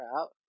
out